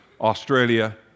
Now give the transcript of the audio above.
Australia